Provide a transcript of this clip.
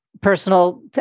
personal